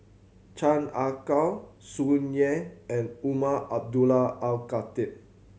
Chan Ah Kow Tsung Yeh and Umar Abdullah Al Khatib